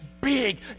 big